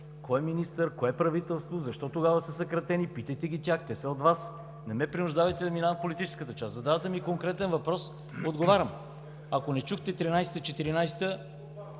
кой е министър, кое е правителството, защо тогава са съкратени. Питайте ги тях, те са от Вас. Не ме принуждавайте да минавам политическата част. Задавате ми конкретен въпрос – отговарям. Ако не чухте – 2013 г.